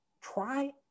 try